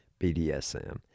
BDSM